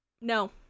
no